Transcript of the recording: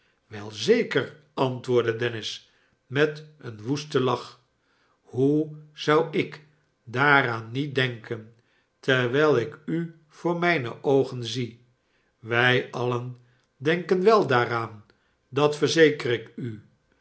wel zeker antwoordde dennis met een woesten lach hoe zou ik daaraan met denken terwijl ik u voor mijne oogen zie wij alien denken wel daaraan dat verzeker ik u